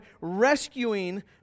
rescuing